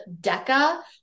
DECA